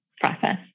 process